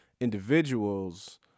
individuals